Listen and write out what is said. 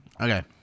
Okay